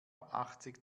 achtzig